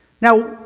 Now